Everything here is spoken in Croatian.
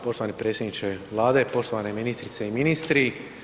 Poštovani predsjedniče Vlade, poštovane ministrice i ministri.